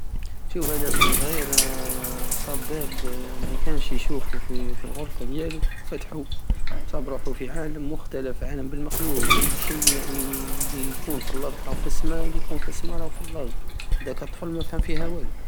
شوف هدا طفل صغير صاب باب مكانش يشوفو في- فالغرفة ديالو فتحو صاب روحو في عالم مختلف عالم بالمقلوب أي شيء يعني لي يكون فالارض راه فالسما والي يكون في السما راه فالارض داك الطفل مافهم فيها والو